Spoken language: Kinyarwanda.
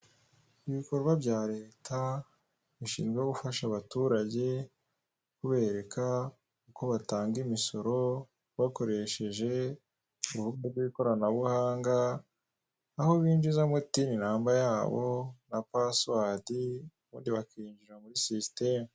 Ibikorwa bya leta, bishinzwe gufasha abaturage kubereka uko batanga imisoro bakoresheje uburyo bw'ikoranabuhanga, aho binjizamo tini namba yabo na pasuwadi, ubundi bakinjira muri sisiteme.